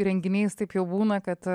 renginiais taip jau būna kad